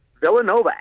villanova